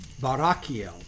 Barakiel